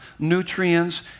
Nutrients